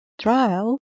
Trial